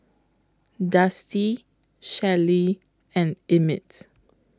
Dusty Shelly and Emmit